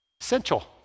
Essential